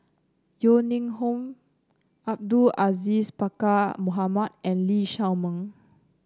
Yeo Ning Hong Abdul Aziz Pakkeer Mohamed and Lee Shao Meng